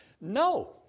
No